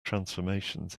transformations